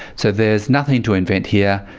so there's nothing to invent here.